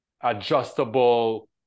adjustable